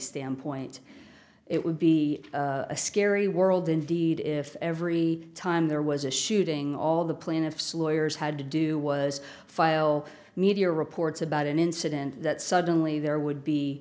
standpoint it would be a scary world indeed if every time there was a shooting all the plaintiff's lawyers had to do was file media reports about an incident that suddenly there would be